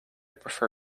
prefer